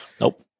Nope